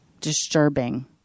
disturbing